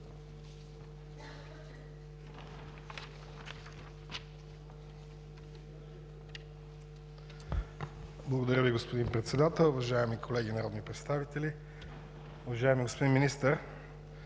Благодаря Ви, господин Председател. Уважаеми колеги народни представители! Уважаеми господин Министър,